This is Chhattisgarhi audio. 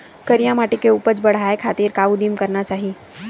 करिया माटी के उपज बढ़ाये खातिर का उदिम करना चाही?